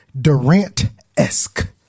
Durant-esque